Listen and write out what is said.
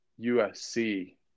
USC